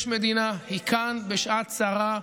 יש מדינה, היא כאן בשעת צרה,